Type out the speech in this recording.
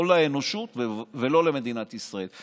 לא לאנושות ולא למדינת ישראל.